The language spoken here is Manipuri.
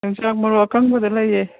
ꯌꯣꯡꯆꯥꯛ ꯃꯔꯨ ꯑꯀꯪꯕꯗꯨ ꯂꯩꯌꯦ